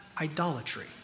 idolatry